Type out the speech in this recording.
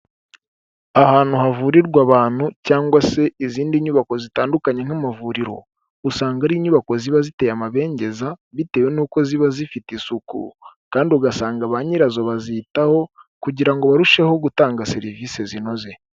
Ahantu havurirwa abantu cyangwa se izindi nyubako zitandukanye nk'amavuriro, usanga ari inyubako ziba ziteye amabengeza bitewe n'uko ziba zifite isuku kandi ugasanga banyirazo bazitaho kugira ngo barusheho gutanga serivisi zinoze.